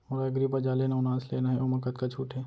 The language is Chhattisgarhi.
मोला एग्रीबजार ले नवनास लेना हे ओमा कतका छूट हे?